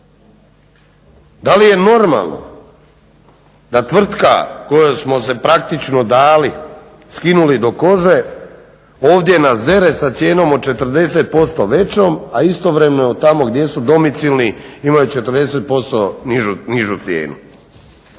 Da li je normalno da tvrtka kojom smo se praktično dali, skinuli do kože ovdje nas dere sa cijenom 40% većom, a istovremeno tamo gdje su domicilni imaju 40% nižu cijenu?